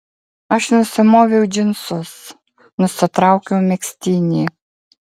aš nusimoviau džinsus nusitraukiau megztinį